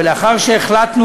ולאחר שהחלטנו,